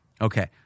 okay